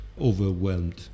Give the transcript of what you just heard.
overwhelmed